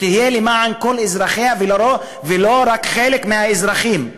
שתהיה למען כל אזרחיה, ולא רק חלק מהאזרחים.